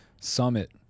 Summit